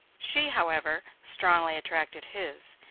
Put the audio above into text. she, however, strongly attracted his.